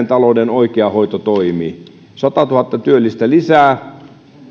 talouden oikea hoito toimii satatuhatta työllistä lisää